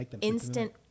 instant